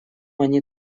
они